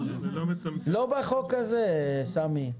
לא בחוק הזה, סמי.